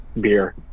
beer